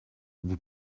vous